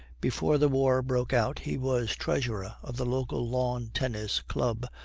before the war broke out he was treasurer of the local lawn tennis club,